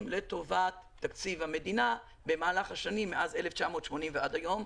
לטובת תקציב המדינה במהלך השנים מאז 1980 ועד היום,